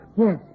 Yes